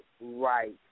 right